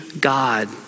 God